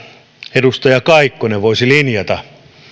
edustaja kaikkonen voisi linjata